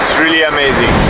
really amazing